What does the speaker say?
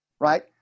right